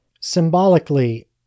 Symbolically